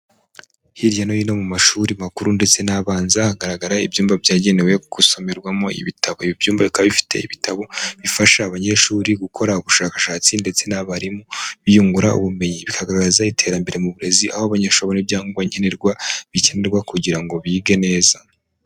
Hirya no hino mu mashuri makuru ndetse n'abanza hagaragara ibyumba byagenewe gusomerwamo ibitabo, ibi byumba bikaba bifite ibitabo bifasha abanyeshuri gukora ubushakashatsi ndetse n'abarimu biyungura ubumenyi, bikagaragaza iterambere mu burezi aho abanyeshuri babona ibyangombwa nkenerwa bikenerwa kugira ngo bige neza.